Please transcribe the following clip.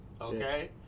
Okay